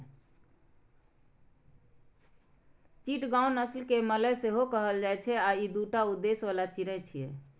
चिटगांव नस्ल कें मलय सेहो कहल जाइ छै आ ई दूटा उद्देश्य बला चिड़ै छियै